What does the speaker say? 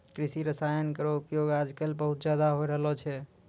कृषि रसायन केरो उपयोग आजकल बहुत ज़्यादा होय रहलो छै